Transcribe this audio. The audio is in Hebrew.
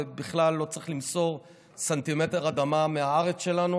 ובכלל לא צריך למסור סנטימטר אדמה מהארץ שלנו.